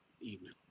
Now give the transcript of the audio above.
evening